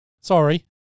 Sorry